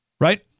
right